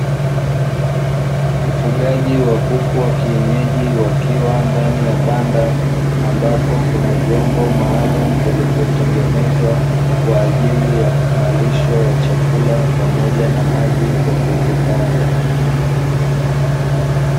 Ufugaji wa kuku wa kienyeji wakiwa ndani ya banda ambapo kuna vyombo maalumu vilivyotengenezwa kwa ajili ya marisho ya chakula pamoja na maji kwa kuku hao.